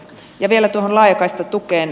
ja vielä tuohon laajakaistatukeen